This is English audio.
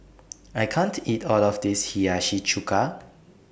I can't eat All of This Hiyashi Chuka